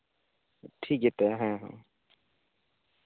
ᱴᱷᱤᱠ ᱜᱮᱛᱟᱭᱟ ᱦᱮᱸ ᱦᱮᱸ